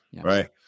right